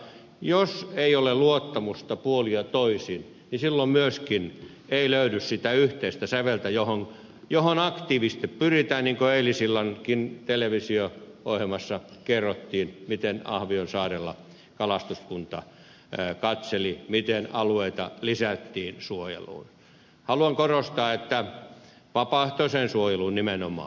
jos ei ole luottamusta puolin ja toisin niin silloin myöskään ei löydy sitä yhteistä säveltä johon aktiivisesti pyritään niin kuin eilisillankin televisio ohjelmassa kerrottiin miten ahvionsaarella kalastuskunta katseli miten alueita lisättiin suojeluun vapaaehtoiseen suojeluun nimenomaan